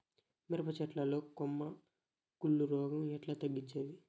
మిరప చెట్ల లో కొమ్మ కుళ్ళు రోగం ఎట్లా తగ్గించేది?